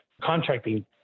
contracting